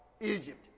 Egypt